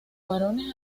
varones